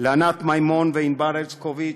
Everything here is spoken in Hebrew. לענת מימון וענבר הרשקוביץ,